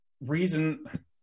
reason